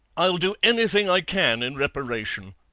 i'll do anything i can in reparation